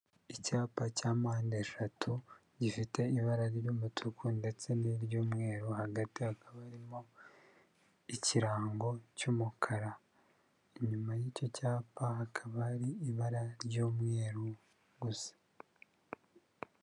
Icyapa cya mpande eshatu gifite ibara ry'umutuku ndetse n'iry'umweru, hagati hakaba harimo ikirango cy'umukara. Inyuma y'icyo cyapa hakaba hari ibara ry'umweru gusa..